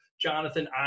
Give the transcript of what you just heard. Jonathan